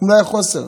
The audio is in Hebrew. בגלל החוסר.